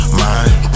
mind